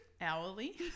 hourly